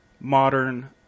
modern